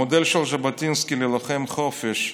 המודל של ז'בוטינסקי ללוחם חופש,